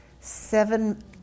seven